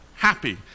happy